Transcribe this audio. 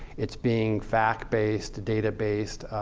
it's being fact-based, data-based,